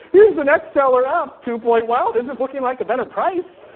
here's the next seller up, two point well, this is looking like a better price.